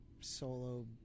solo